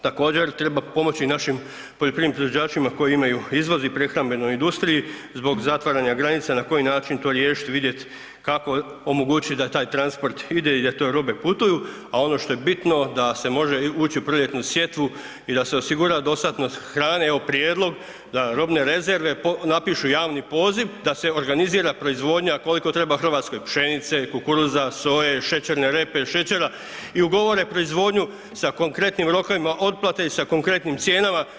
Također treba pomoći i našim poljoprivrednim proizvođačima koji imaju izvoz u prehrambenoj industriji zbog zatvaranja granica, na koji način to riješit i vidjet kako omogućiti da taj transport ide i da te robe putuju, a ono što je bitno da se može ući u proljetnu sjetvu i da se osigura dostatnost hrane, evo prijedlog da robne rezerve napišu javni poziv da se organizira proizvodnja koliko treba Hrvatskoj pšenice, kukuruza, soje, šećerne repe, šećera i ugovore proizvodnju sa konkretnim rokovima otplate i sa konkretnim cijenama.